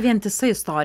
vientisa isto